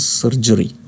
surgery